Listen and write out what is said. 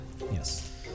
Yes